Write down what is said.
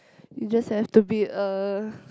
you just have to be a